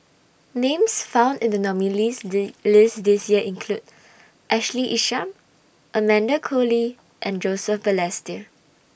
Names found in The nominees' Z list This Year include Ashley Isham Amanda Koe Lee and Joseph Balestier